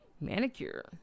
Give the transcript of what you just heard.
manicure